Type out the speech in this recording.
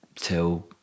till